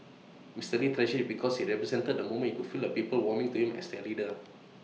Mr lee treasured IT because IT represented the moment he could feel the people warming to him as their leader